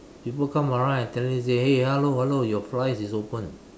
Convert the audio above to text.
people come around and tell you say hey hello hello your fly is open